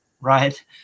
right